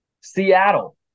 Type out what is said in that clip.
Seattle